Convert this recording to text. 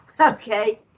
Okay